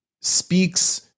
speaks